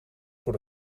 voor